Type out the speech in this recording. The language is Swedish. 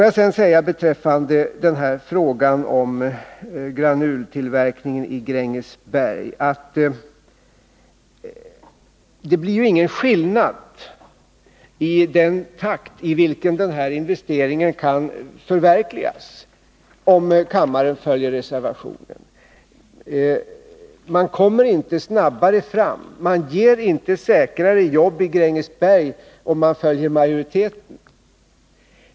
Jag vill sedan beträffande frågan om granultillverkningen i Grängesberg säga att det inte blir någon skillnad beträffande den takt i vilken denna investering kan förverkligas, om kammaren följer reservationen på denna punkt. Man kommer inte snabbare fram. Man ger inte säkrare jobb i Grängesberg, om man följer majoriteten.